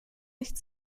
nicht